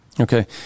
Okay